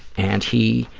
and he,